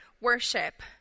worship